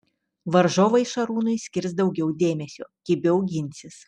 varžovai šarūnui skirs daugiau dėmesio kibiau ginsis